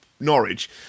Norwich